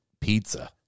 pizza